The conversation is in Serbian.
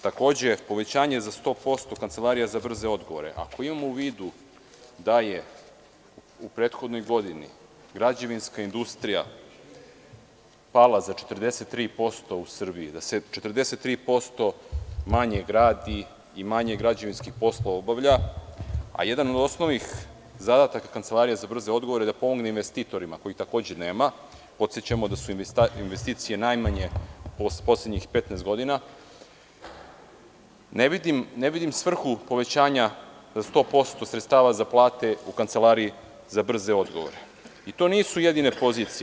Takođe, povećanje za 100% Kancelarije za brze odgovore, ako imamo u vidu da je u prethodnoj godini građevisnka industrija pala za 43% u Srbiji, da se 43% manje gradi i manje građevinskih poslova obavlja, a jedan od osnovnih zadataka Kancelarije za brze odgovore, da pomogne investitorima kojih takođe nema, jer podsećamo da su investicije u poslednjih 15 godina, ne vidim svrhu povećanja za 100% sredstava za plate Kancelariji za brze odgovore i to nisu jedine pozicije.